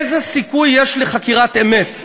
איזה סיכוי יש לחקירת אמת,